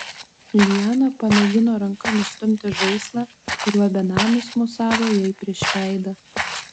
liana pamėgino ranka nustumti žaislą kuriuo benamis mosavo jai prieš veidą